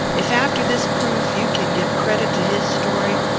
if, after this proof, you can give credit to his story,